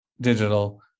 digital